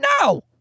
no